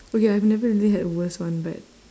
okay I've never really had a worst one but